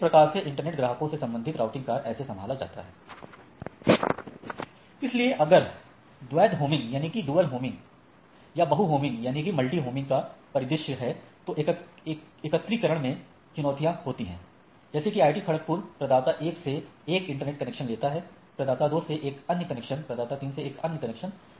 तो इस प्रकार से इंटरनेट ग्राहकों से संबंधित राउटिंग कार्य ऐसे संभाला जाता है इसलिए अगर द्वैध होमिंग या बहु होमिंग का परिदृश्य है तो एकत्रीकरण में चुनौतियां होती हैं जैसे कि IIT खड़गपुर प्रदाता 1 से एक इंटरनेट कनेक्शन लेता है प्रदाता 2 से एक अन्य कनेक्शन प्रदाता 3 से एक और कनेक्शन